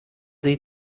sie